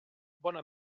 bona